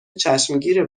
چشمگیر